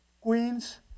Queens